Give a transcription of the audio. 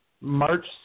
March